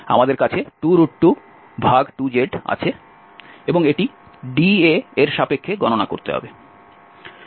আমাদের কাছে 222z আছে এবং এটি dA এর সাপেক্ষে গণনা করতে হবে